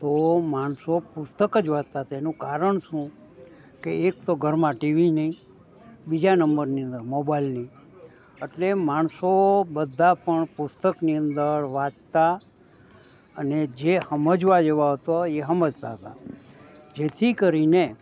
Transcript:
તો માણસો પુસ્તક જ વાંચતાં હતાં એનું કારણ શું કે એક તો ઘરમાં ટીવી નહીં બીજા નંબરની અંદર મોબાઈલ નહીં અટલે માણસો બધાં પણ પુસ્તકની અંદર વાંચતાં અને જે સમજવા જેવાં હતાં એ સમજાતા હતાં જેથી કરીને